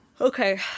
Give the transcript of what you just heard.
Okay